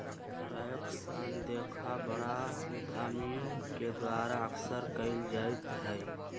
tax अनदेखा बड़ा उद्यमियन के द्वारा अक्सर कइल जयते हई